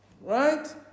Right